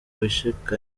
wishakiye